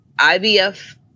IVF